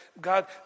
God